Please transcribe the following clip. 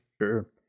Sure